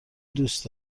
دوست